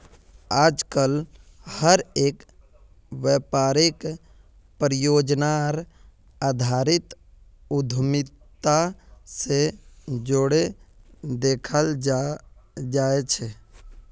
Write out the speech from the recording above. आजकल हर एक व्यापारक परियोजनार आधारित उद्यमिता से जोडे देखाल जाये छे